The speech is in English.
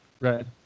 Right